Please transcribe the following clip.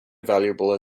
valuable